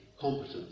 competence